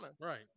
Right